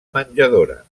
menjadora